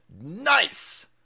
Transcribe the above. Nice